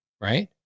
right